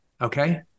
okay